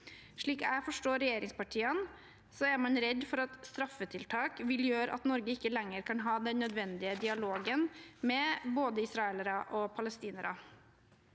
Slik jeg forstår regjeringspartiene, er man redd for at straffetiltak vil gjøre at Norge ikke lenger kan ha den nødvendige dialogen med både israelere og palestinere.